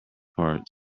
parts